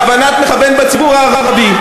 בכוונת מכוון בציבור הערבי.